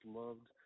loved